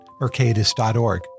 mercatus.org